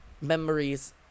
memories